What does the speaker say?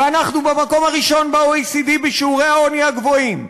ואנחנו במקום הראשון ב-OECD בשיעורי העוני הגבוהים.